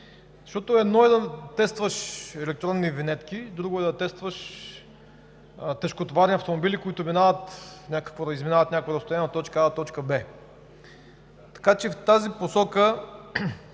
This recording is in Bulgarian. защото едно е да тестваш електронни винетки, друго е да тестваш тежкотоварни автомобили, които изминават някакво разстояние от точка А до точка Б. Така че в тази посока